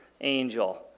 angel